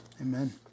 amen